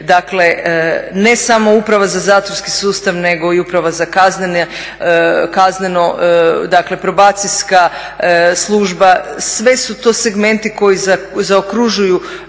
Dakle, ne samo uprava za zatvorski sustav nego i uprava za kazneno, dakle probacijska služba sve su to segmenti koji zaokružuju